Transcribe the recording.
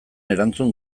erantzun